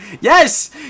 Yes